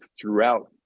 throughout